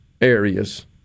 areas